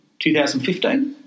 2015